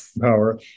Power